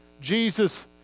Jesus